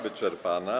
wyczerpana.